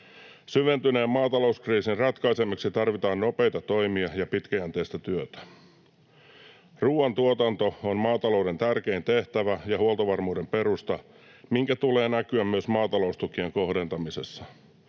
Syventyneen maatalouskriisin ratkaisemiseksi tarvitaan nopeita toimia ja pitkäjänteistä työtä. Ruoantuotanto on maatalouden tärkein tehtävä ja huoltovarmuuden perusta, minkä tulee näkyä myös maataloustukien kohdentamisessa.